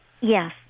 Yes